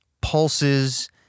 pulses